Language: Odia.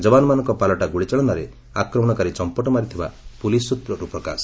ଯବାନମାନଙ୍କ ପାଲଟା ଗୁଳିଚାଳନାରେ ଆକ୍ରମଣକାରୀ ଚମ୍ପଟ ମାରିଥିବା ପୁଲିସ୍ ସୂତ୍ରରୁ ପ୍ରକାଶ